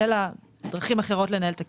יהיו לה דרכים אחרות לנהל את הכסף.